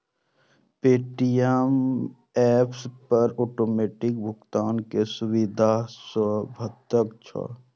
Paytm app पर automatic भुगतान के सुविधा सेहो भेटैत छैक